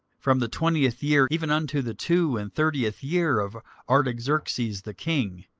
from the twentieth year even unto the two and thirtieth year of artaxerxes the king,